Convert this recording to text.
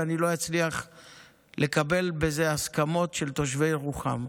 ואני לא אצליח לקבל לזה הסכמות של תושבי ירוחם.